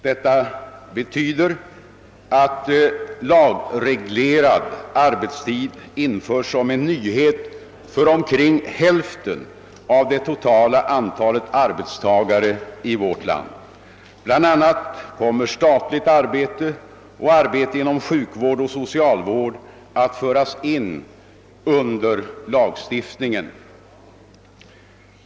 Detta betyder att lagreglerad arbetstid införs som en nyhet för omkring hälften av det totala antalet arbetstagare i vårt land. Bl. a. kommer statligt arbete och arbete inom sjukvård och socialvård att inordnas under lagstiftningen.